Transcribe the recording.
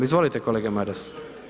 Izvolite kolega Maras.